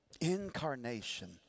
Incarnation